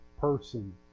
person